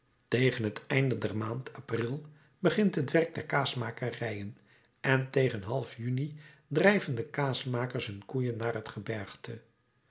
tegen het einde der maand april begint het werk der kaasmakerijen en tegen half juni drijven de kaasmakers hun koeien naar het gebergte